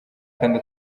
kandi